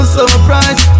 surprise